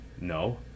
no